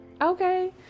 okay